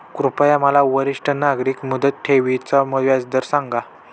कृपया मला वरिष्ठ नागरिक मुदत ठेवी चा व्याजदर सांगा